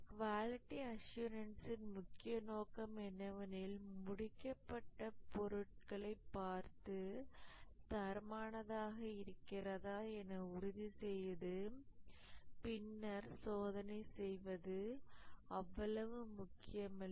quality அஷ்யூரன்ஸின் முக்கிய நோக்கம் என்னவெனில் முடிக்கப்பட்ட பொருட்களை பார்த்து தரமானதாக இருக்கிறதா என உறுதி செய்வதுபின்னர் சோதனை செய்வது அவ்வளவு முக்கியமல்ல